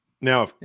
Now